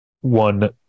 one